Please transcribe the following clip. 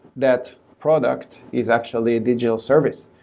that product is actually a digital service.